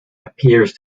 appears